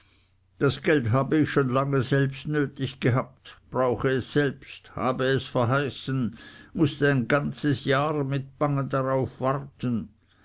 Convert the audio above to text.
das geld habe ich schon lange selbst nötig gehabt brauche es selbst habe es verheißen mußte ein ganzes jahr mit bangen darauf warten